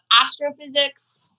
astrophysics